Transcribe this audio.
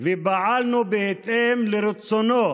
ופעלנו בהתאם לרצונו